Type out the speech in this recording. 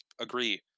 agree